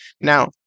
Now